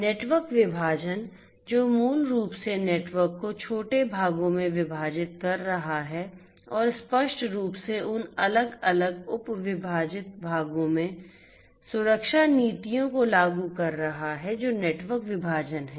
network विभाजन जो मूल रूप से नेटवर्क को छोटे भागों में विभाजित कर रहा है और स्पष्ट रूप से उन अलग अलग उप विभाजित भागों में सुरक्षा नीतियों को लागू कर रहा है जो नेटवर्क विभाजन है